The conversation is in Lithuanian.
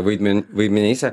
vaidmen vaidmenyse